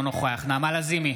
אינו נוכח נעמה לזימי,